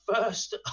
first